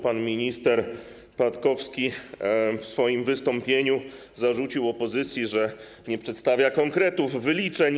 Pan minister Patkowski w swoim wystąpieniu zarzucił opozycji, że nie przedstawia konkretów, wyliczeń.